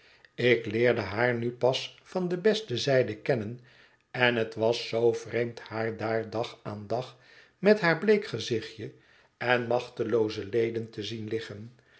ik leerde haar nu pas van de beste zijde kennen en het was zoo vreemd haar daar dag aan dag met haar bleek gezichtje en machtelooze leden te zien liggen